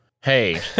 hey